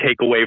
takeaway